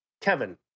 Kevin